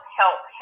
help